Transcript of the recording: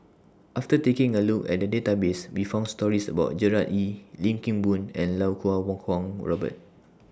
after taking A Look At The Database We found stories about Gerard Ee Lim Kim Boon and Lau Kuo Kwong Robert